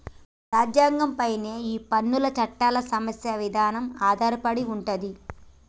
మన రాజ్యంగం పైనే ఈ పన్ను చట్టాల సమస్య ఇదానం ఆధారపడి ఉంటది